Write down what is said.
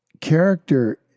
character